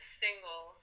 single